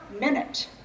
minute